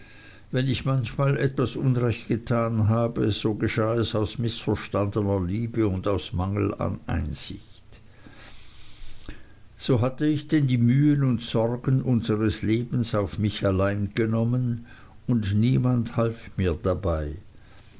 wenn ich manchmal etwas unrechtes getan habe so geschah es aus mißverstandner liebe und aus mangel an einsicht so hatte ich denn die mühen und sorgen unseres lebens auf mich allein genommen und niemand half mir dabei